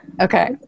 Okay